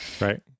right